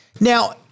Now